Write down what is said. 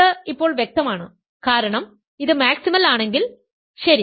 ഇത് ഇപ്പോൾ വ്യക്തമാണ് കാരണം ഇത് മാക്സിമൽ ആണെങ്കിൽ ശരി